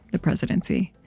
the presidency,